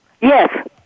Yes